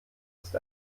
ist